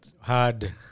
Hard